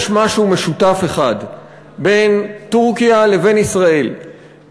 יש משהו משותף אחד בין טורקיה לבין ישראל,